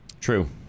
True